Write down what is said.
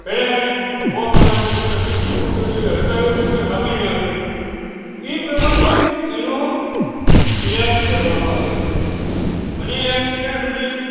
પહેલાં એ જોવામાં આવે કે ભાઈ તમને કૂતરું કરડ્યું એ હડકાયું હતું કે સામાન્ય હતું એ પ્રમાણે એનો ઈલાજ કરવામાં આવે છે મને યાદ છે ત્યાં સુધી